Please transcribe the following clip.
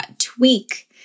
tweak